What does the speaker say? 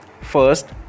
first